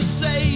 say